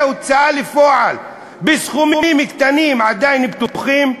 הוצאה לפועל בסכומים קטנים עדיין פתוחים?